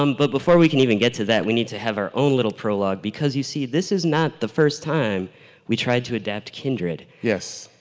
um but before we can even get to that we need to have our own little prologue because you see this is not the first time we tried to adapt kindred. yes,